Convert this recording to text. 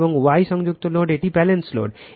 এবং Y সংযুক্ত load এটি ব্যালেন্সড হবে